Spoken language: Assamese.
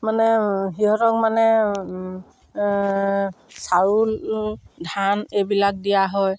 মানে সিহঁতক মানে চাউল ধান এইবিলাক দিয়া হয়